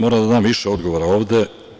Moram da dam više odgovora ovde.